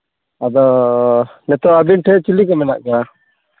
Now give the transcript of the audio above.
ᱟᱫᱚ ᱱᱤᱛᱚᱜ ᱟᱹᱵᱤᱱ ᱴᱷᱮᱱ ᱪᱤᱞᱤ ᱠᱚ ᱢᱮᱱᱟᱜ ᱠᱚᱣᱟ